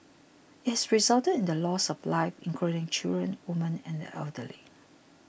it has resulted in the loss of lives including children women and the elderly